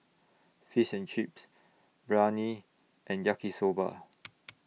Fish and Chips Biryani and Yaki Soba